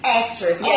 actress